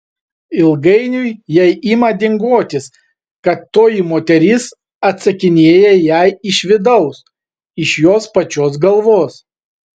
ilgainiui jai ima dingotis kad toji moteris atsakinėja jai iš vidaus iš jos pačios galvos